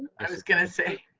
i was gonna say.